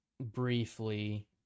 briefly